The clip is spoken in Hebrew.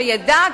שידע,